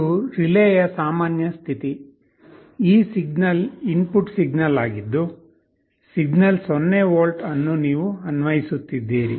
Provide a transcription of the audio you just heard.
ಇದು ರಿಲೇಯ ಸಾಮಾನ್ಯ ಸ್ಥಿತಿ ಈ ಸಿಗ್ನಲ್ ಇನ್ಪುಟ್ ಸಿಗ್ನಲ್ ಆಗಿದ್ದು ಸಿಗ್ನಲ್ 0 ವೋಲ್ಟ್ ಅನ್ನು ನೀವು ಅನ್ವಯಿಸುತ್ತಿದ್ದೀರಿ